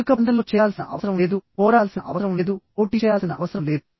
ఎలుక పందెంలో చేరాల్సిన అవసరం లేదు పోరాడాల్సిన అవసరం లేదు పోటీ చేయాల్సిన అవసరం లేదు